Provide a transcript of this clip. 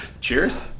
cheers